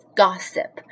gossip